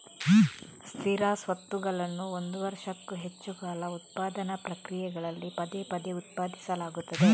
ಸ್ಥಿರ ಸ್ವತ್ತುಗಳನ್ನು ಒಂದು ವರ್ಷಕ್ಕೂ ಹೆಚ್ಚು ಕಾಲ ಉತ್ಪಾದನಾ ಪ್ರಕ್ರಿಯೆಗಳಲ್ಲಿ ಪದೇ ಪದೇ ಉತ್ಪಾದಿಸಲಾಗುತ್ತದೆ